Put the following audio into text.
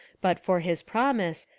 but for his promise,